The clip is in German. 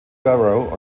borough